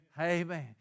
Amen